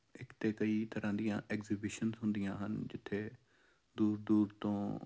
ਇੱਕ ਤਾਂ ਕਈ ਤਰ੍ਹਾਂ ਦੀਆਂ ਐਗਜੀਬਿਸ਼ਨ ਹੁੰਦੀਆਂ ਹਨ ਜਿੱਥੇ ਦੂਰ ਦੂਰ ਤੋਂ